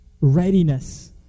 readiness